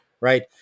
Right